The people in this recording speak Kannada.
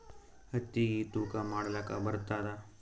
ಹತ್ತಿಗಿ ತೂಕಾ ಮಾಡಲಾಕ ಬರತ್ತಾದಾ?